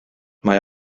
mae